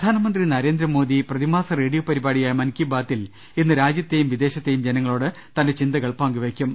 പ്രധാനമന്ത്രി നരേന്ദ്രമോദി പ്രതിമാസ റേഡിയോ പരിപാ ടിയായ മൻ കി ബാതിൽ ഇന്ന് രാജ്യത്തെയും വിദേശത്തെയും ജനങ്ങളോട് തന്റെ ചിന്തകൾ പങ്കുവെയ്ക്കും